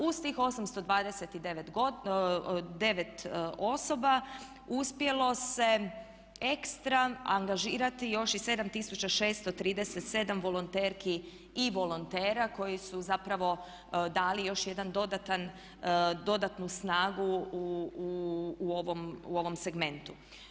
Uz tih 829 osoba uspjelo se ekstra angažirati još i 7637 volonterki i volontera koji su zapravo dali još jedan dodatan, dodatnu snagu u ovom segmentu.